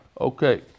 Okay